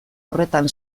horretan